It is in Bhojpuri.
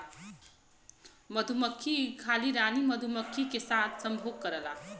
मधुमक्खी खाली रानी मधुमक्खी के साथ संभोग करेला